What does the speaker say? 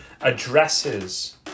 addresses